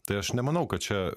tai aš nemanau kad čia